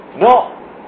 No